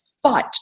fight